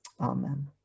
amen